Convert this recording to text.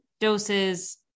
doses